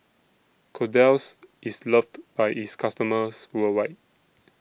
Kordel's IS loved By its customers worldwide